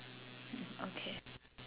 mm okay